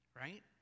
right